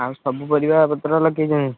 ଆଉ ସବୁ ପରିବାପତ୍ର ଲଗେଇଛନ୍ତି